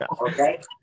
Okay